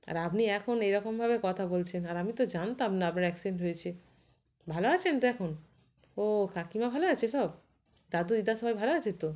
আর আপনি এখন এরকমভাবে কথা বলছেন আর আমি তো জানতাম না আপনার অ্যাক্সিডেন্ট হয়েছে ভালো আছেন তো এখন ও কাকিমা ভালো আছে সব দাদু দিদা সবাই ভালো আছে তো